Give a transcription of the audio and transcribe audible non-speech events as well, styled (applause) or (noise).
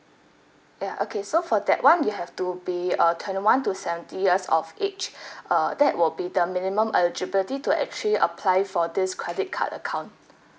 ya okay so for that one you have to be uh twenty one to seventy years of age (breath) uh that will be the minimum eligibility to actually apply for this credit card account